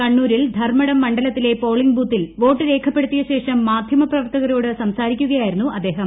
കണ്ണൂരിൽ ധർമ്മടം മണ്ഡലത്തിലെ പോളിംഗ് ബൂത്തിൽ വോട്ട് രേഖപ്പെടുത്തിയശേഷം മാധ്യമപ്രവർത്തകരോട് സംസാരിക്കുകയായിരുന്നു അദ്ദേഹം